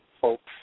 folks